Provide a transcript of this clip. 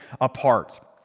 apart